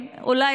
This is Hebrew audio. אולי,